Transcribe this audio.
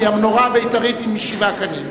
כי המנורה הבית"רית היא עם שבעה קנים,